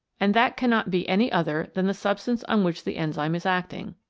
and that cannot be any other than the substance on which the enzyme is acting.